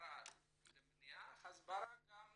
למניעה והסברה גם בהתמודדות.